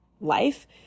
life